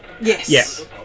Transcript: Yes